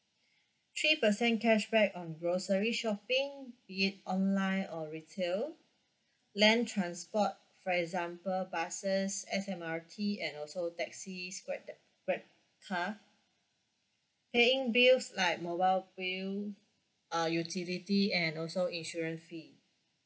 three percent cashback on grocery shopping be it online or retail land transport for example buses S_M_R_T and also taxis grab grab car paying bills like mobile bill uh utility and also insurance fee